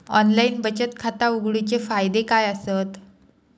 Online बचत खाता उघडूचे फायदे काय आसत?